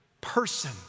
person